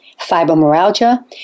fibromyalgia